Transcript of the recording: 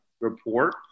report